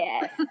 Yes